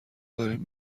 دارین